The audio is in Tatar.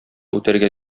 үтәргә